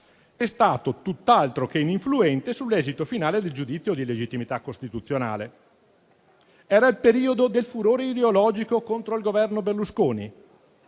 è stato tutt'altro che ininfluente sull'esito finale del giudizio di legittimità costituzionale: era il periodo del furore ideologico contro il Governo Berlusconi;